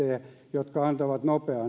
jotka antavat